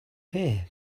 here